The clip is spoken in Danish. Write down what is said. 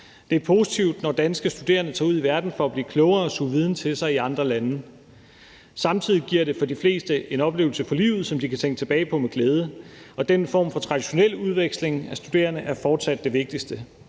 Det er positivt, når danske studerende tager ud i verden for at blive klogere og suge viden til sig i andre lande. Samtidig giver det for de fleste en oplevelse for livet, som de kan tænke tilbage på med glæde, og den form for traditionel udveksling af studerende er fortsat det vigtigste.